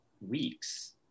weeks